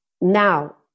Now